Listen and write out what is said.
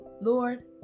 Lord